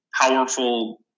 powerful